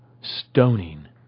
stoning